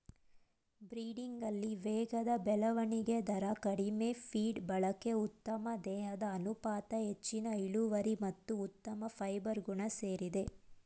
ಬ್ರೀಡಿಂಗಲ್ಲಿ ವೇಗದ ಬೆಳವಣಿಗೆ ದರ ಕಡಿಮೆ ಫೀಡ್ ಬಳಕೆ ಉತ್ತಮ ದೇಹದ ಅನುಪಾತ ಹೆಚ್ಚಿನ ಇಳುವರಿ ಮತ್ತು ಉತ್ತಮ ಫೈಬರ್ ಗುಣ ಸೇರಿದೆ